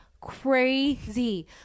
crazy